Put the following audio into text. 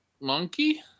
monkey